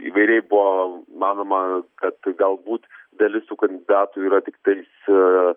įvairiai buvo manoma kad galbūt dalis tų kandidatų yra tiktais